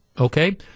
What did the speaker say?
okay